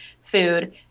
food